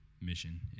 mission